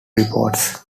reports